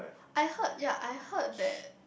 I heard ya I heard that